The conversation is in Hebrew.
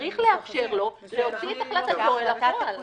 צריך לאפשר לו להוציא את החלטתו אל הפועל.